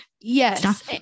Yes